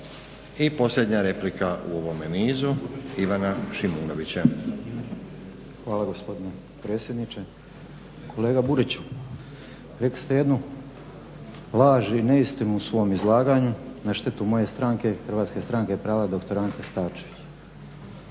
I posljednja replika u ovome nizu Ivana Šimunovića. **Šimunović, Ivan (HSP AS)** Hvala gospodine potpredsjedniče. Kolega Buriću, rekli ste jednu laž i neistinu u svom izlaganju na štetu moje stranke Hrvatske stranke prava dr. Ante Starčević.